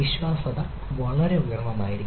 വിശ്വാസ്യത വളരെ ഉയർന്നതായിരിക്കാം